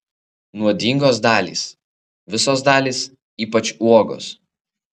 nuodingos dalys visos dalys ypač uogos